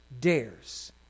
dares